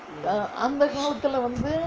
அந்த காலத்துல வந்து:antha kaalathula vanthu